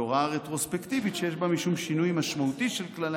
והוראה רטרוספקטיבית שיש בה משום שינוי משמעותי של 'כללי